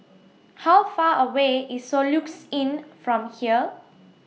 How Far away IS Soluxe Inn from here